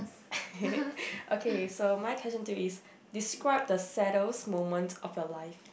okay so my question to you is describe the saddest moment of your life